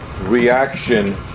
reaction